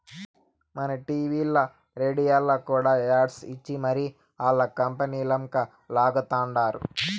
మన టీవీల్ల, రేడియోల్ల కూడా యాడ్స్ ఇచ్చి మరీ ఆల్ల కంపనీలంక లాగతండారు